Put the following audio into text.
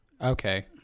Okay